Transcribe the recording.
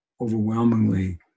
overwhelmingly